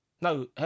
No